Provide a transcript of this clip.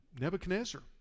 Nebuchadnezzar